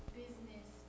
business